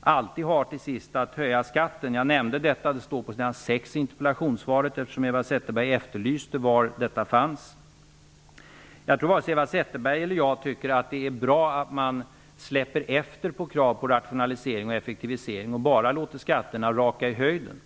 alltid har att höja skatten. Jag nämnde detta i mitt interpellationssvar -- Eva Zetterberg efterlyste var svaret fanns. Jag tror varken Eva Zetterberg eller jag tycker att det är bra att man släpper efter på krav på rationalisering och effektivisering och bara låter skatterna raka i höjden.